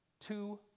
Two